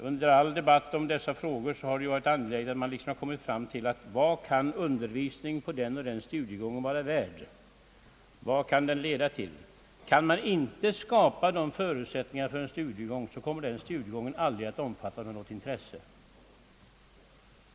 Under all debatt om dessa frågor har det varit angeläget att komma fram till ett svar på frågan: Vad kan undervisningen på den och den studiegången vara värd? Vad kan den leda till? Kan man inte skapa nödiga förut sättningar för en studiegång kommer den aldrig att omfattas med något intresse.